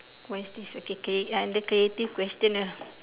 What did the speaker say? what's this okay okay under creative question lah